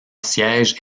siège